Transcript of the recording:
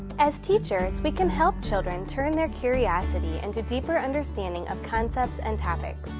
as teachers, we can help children turn their curiosity into deeper understanding of concepts and topics.